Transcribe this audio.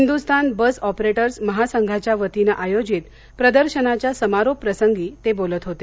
Hindustan bus operators महासंघाच्यावतीनं आयोजित प्रदर्शनाच्या समारोप प्रसंगी ते बोलत होते